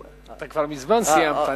אתה כבר מזמן סיימת.